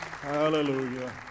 Hallelujah